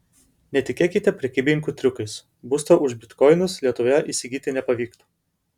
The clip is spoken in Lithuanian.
netikėkite prekybininkų triukais būsto už bitkoinus lietuvoje įsigyti nepavyktų